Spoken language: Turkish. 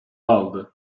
aldı